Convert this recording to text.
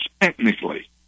Technically